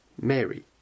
Mary